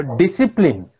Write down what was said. discipline